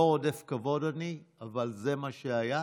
לא רודף כבוד אני, אבל זה מה שהיה,